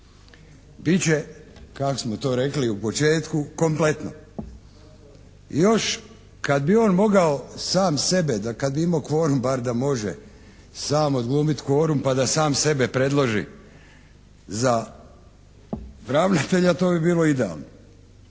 Bit će kako smo to rekli u početku kompletno i još kad bi on mogao sam sebe da kad bi imao kvorum bar da može sam odglumiti kvorum pa da sam sebe predloži za ravnatelja to bi bilo idealno,